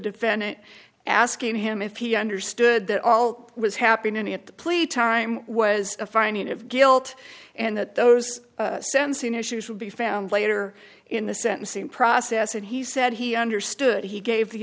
defendant asking him if he understood that all was happening at the plea time was a finding of guilt and that those sensing issues would be found later in the sentencing process and he said he understood he gave the